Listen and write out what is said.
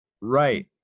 Right